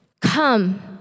Come